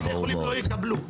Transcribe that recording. בתי החולים לא יקבלו.